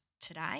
today